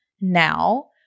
now